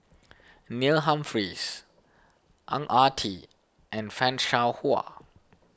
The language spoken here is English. Neil Humphreys Ang Ah Tee and Fan Shao Hua